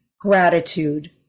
gratitude